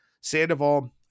Sandoval